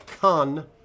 con